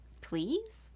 Please